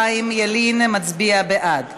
חיים ילין מצביע בעד.